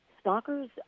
stalkers –